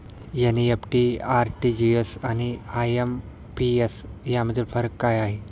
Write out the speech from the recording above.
NEFT, RTGS आणि IMPS यामधील फरक काय आहे?